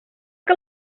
que